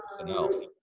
personnel